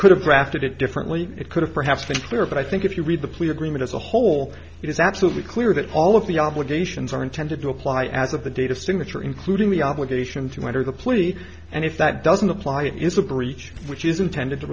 could have drafted it differently it could have perhaps been clearer but i think if you read the plea agreement as a whole it is absolutely clear that all of the obligations are intended to apply as of the date of signature including the obligation to enter the plea and if that doesn't apply it is a breach which is intended to